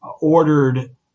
ordered